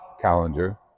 calendar